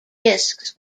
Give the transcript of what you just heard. discs